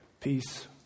Peace